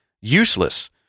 useless